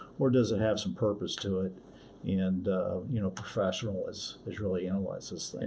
or does it have some purpose to it and you know professionals visually analyze this thing?